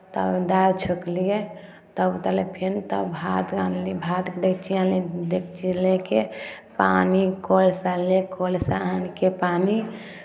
तब दालि छौँकलियै तब उतारलियै फेर तब भात रान्हली भात डेकची आनली डेकची लए कऽ पानि कलसँ आनलियै कलसँ आनि कऽ पानि